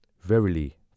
Verily